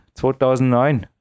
2009